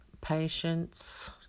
patience